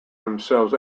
themselves